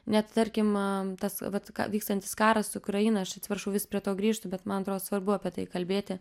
net tarkim tas vat vykstantis karas su ukrainoj aš atsiprašau vis prie to grįžtu bet man atrodo svarbu apie tai kalbėti